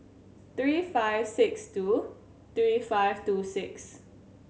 three five six two three five two six